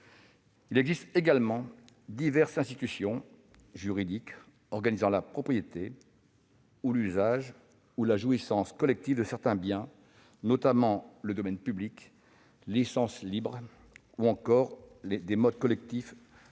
Il existe également diverses institutions juridiques organisant la propriété, l'usage ou la jouissance collectifs de certains biens, notamment le domaine public, les « licences libres » ou encore des modes collectifs